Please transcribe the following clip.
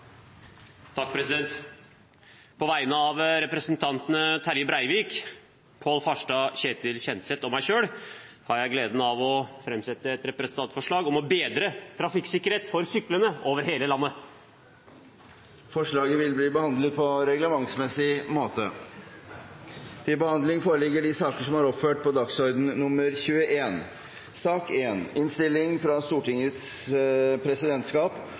På vegne av representantene Terje Breivik, Pål Farstad, Ketil Kjenseth og meg selv har jeg gleden av å framsette et representantforslag om bedre trafikksikkerhet for syklende over hele landet. Forslaget vil bli behandlet på reglementsmessig måte. Ingen har bedt om ordet. Jeg skal være kort. Dette er en sak som med et lite unntak er helt enstemmig fra